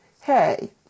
Hey